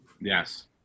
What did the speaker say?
Yes